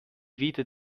wieder